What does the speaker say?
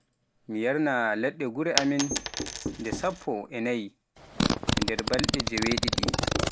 mi yarna leɗɗe gure amin nde sappo e naayi e nder balɗe jeewe ɗiɗi.